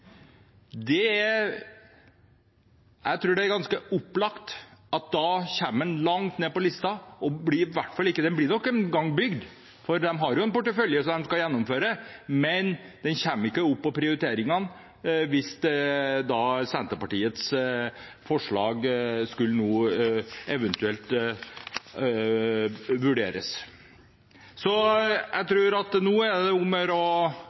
næringslivets trafikanter. Jeg tror det er ganske opplagt at man da kommer langt nede på listen. Det blir nok bygd en gang, for de har jo en portefølje de skal gjennomføre, men det kommer ikke opp blant prioriteringene hvis Senterpartiets forslag eventuelt skulle vurderes. Jeg tror det nå er om å gjøre å hive seg litt rundt når det gjelder å konkurrere om prosjektene. Det er